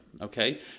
Okay